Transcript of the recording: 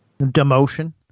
demotion